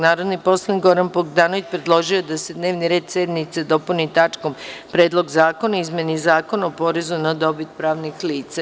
Narodni poslanik Goran Bogdanović, predložio je da se na dnevni red sednice dopuni tačkom – Predlogzakona o izmeni Zakona o porezu na dobit pravnih lica.